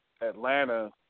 Atlanta